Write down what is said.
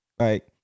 Right